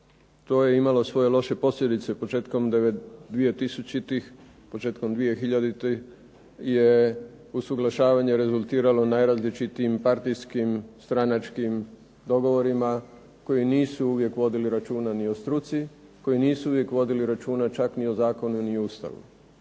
to je imalo svoje loše posljedice početkom 2000. je usuglašavanje rezultiralo najrazličitijim partijskim, stranačkim dogovorima koji nisu uvijek vodili računa ni o struci, koji nisu uvijek vodili računa čak ni o zakonu ni Ustavu.